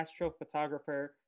astrophotographer